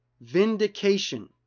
vindication